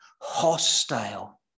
hostile